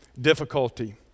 difficulty